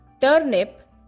turnip